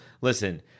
listen